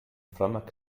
frommer